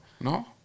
No